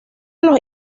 los